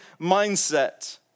mindset